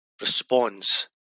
responds